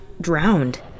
drowned